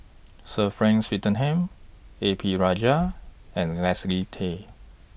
Sir Frank Swettenham A P Rajah and Leslie Tay